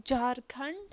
Jharkhand